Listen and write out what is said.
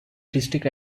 district